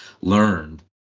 learned